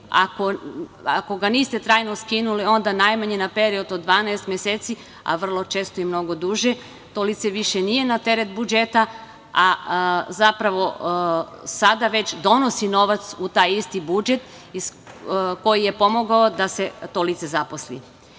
Ako ga niste trajno skinuli, onda najmanje na period od 12 meseci, a vrlo često i mnogo duže, to lice više nije na teret budžeta, a zapravo sada već donosi novac u taj isti budžet koji je pomogao da se to lice zaposli. Treće,